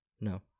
No